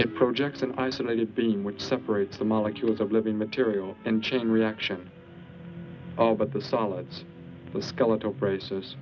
it projects an isolated beam which separates the molecules of living material and chain reaction but the solids the skeletal braces